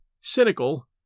cynical